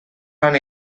lan